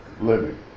living